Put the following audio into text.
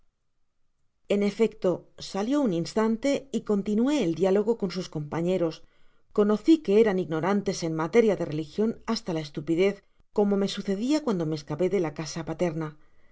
en efecto salio un instante y continué el diálogo con sus compañeros conoci que eran ignorantes en materia de religion hasta ifc estupidez como me sucedia cuando me escapé de la casa paterna